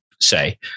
say